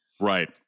right